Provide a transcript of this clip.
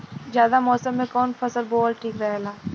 जायद मौसम में कउन फसल बोअल ठीक रहेला?